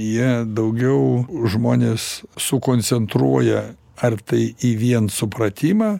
jie daugiau žmonės sukoncentruoja ar tai į vien supratimą